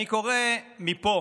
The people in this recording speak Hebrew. אני קורא מפה